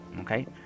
Okay